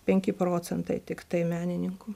penki procentai tiktai menininkų